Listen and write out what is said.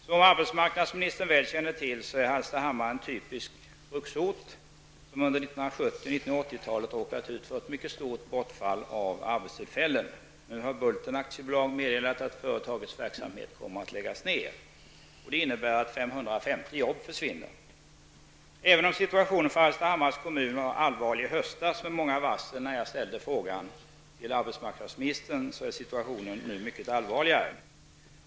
Som arbetsmarknadsministern väl känner till är Hallstahammar en typisk bruksort, som under 1970 och 1980-talet har råkat ut för ett mycket stort bortfall av arbetstillfällen. Nu har Bulten AB meddelat att företagets verksamhet kommer att läggas ned, och det innebär att 550 jobb försvinner. Även om situationen för Hallstahammars kommun i höstas när jag ställde min fråga till arbetsmarknadsministern var allvarlig med många varsel, så är situationen nu mycket allvarligare.